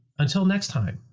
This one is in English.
until next time,